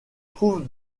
trouve